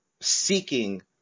seeking